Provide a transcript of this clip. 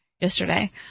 yesterday